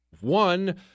One